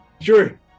Sure